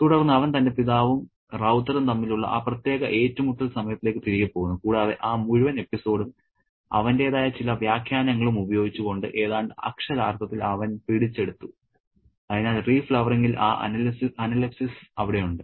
തുടർന്ന് അവൻ തന്റെ പിതാവും റൌത്തറും തമ്മിലുള്ള ആ പ്രത്യേക ഏറ്റുമുട്ടൽ സമയത്തിലേക്ക് തിരികെ പോകുന്നു കൂടാതെ ആ മുഴുവൻ എപ്പിസോഡും അവന്റേതായ ചില വ്യാഖ്യാനങ്ങളും ഉപയോഗിച്ച് കൊണ്ടും ഏതാണ്ട് അക്ഷരാർത്ഥത്തിൽ അവൻ പിടിച്ചെടുത്തു അതിനാൽ റിഫ്ലവറിംഗിൽ ആ അനലെപ്സിസ് അവിടെ ഉണ്ട്